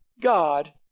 God